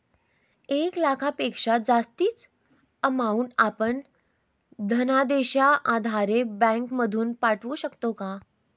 एक लाखापेक्षा जास्तची अमाउंट आपण धनादेशच्या आधारे बँक मधून पाठवू शकतो का?